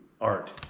art